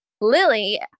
Lily